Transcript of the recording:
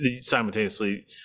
simultaneously